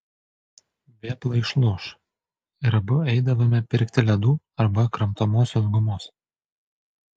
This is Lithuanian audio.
vėpla išloš ir abu eidavome pirkti ledų arba kramtomosios gumos